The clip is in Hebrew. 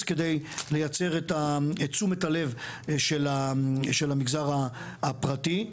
כדי לייצר את תשומת הלב של המגזר הפרטי?